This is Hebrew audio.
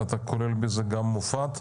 אתה כולל בזה גם מפא"ת?